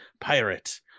pirate